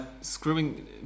screwing